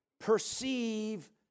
perceive